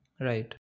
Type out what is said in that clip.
right